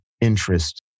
interest